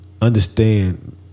understand